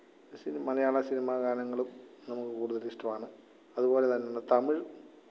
cinema മലയാള സിനിമാഗാനങ്ങളും നമുക്ക് കൂടുതലിഷ്ടമാണ് അതുപോലെത്തന്നെ തമിഴ്